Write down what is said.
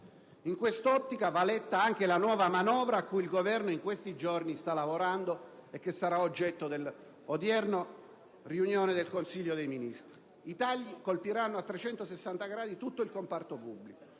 In quest'ottica va letta anche la nuova manovra a cui il Governo, in questi giorni, sta lavorando e che sarà oggetto dell'odierna riunione del Consiglio dei ministri. I tagli colpiranno a 360 gradi tutto il comparto pubblico.